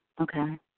Okay